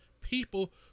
people